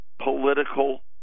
political